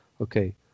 okay